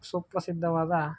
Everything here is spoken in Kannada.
ಸುಪ್ರಸಿದ್ಧವಾದ